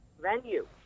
venue